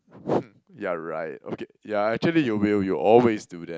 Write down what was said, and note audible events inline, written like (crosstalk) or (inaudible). (breath) hmm ya right okay ya actually you will you always do that